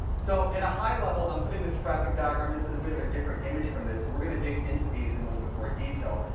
so at a high level, i'm putting this traffic diagram. this is a bit of a different image from this. and we're going to dig into these in a little bit more detail.